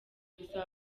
gusaba